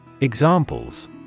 Examples